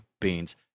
beans